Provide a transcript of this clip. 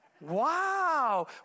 Wow